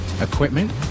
equipment